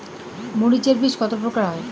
মরিচ এর বীজ কতো প্রকারের হয়?